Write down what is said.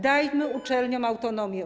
Dajmy uczelniom autonomię.